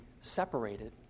separated